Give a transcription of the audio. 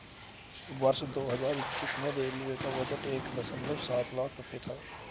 वर्ष दो हज़ार इक्कीस में रेलवे का बजट एक दशमलव सात लाख रूपये था